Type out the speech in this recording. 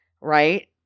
right